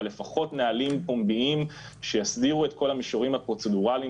אבל לפחות נהלים פומביים שיסדירו את כל המישורים הפרוצדורליים